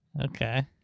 Okay